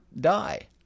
die